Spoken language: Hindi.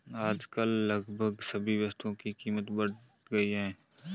आजकल लगभग सभी वस्तुओं की कीमत बढ़ गई है